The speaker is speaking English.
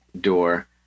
door